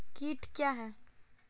कीट क्या है?